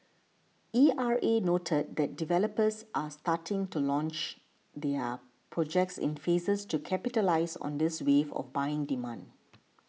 E R A noted that developers are starting to launch their projects in phases to capitalise on this wave of buying demand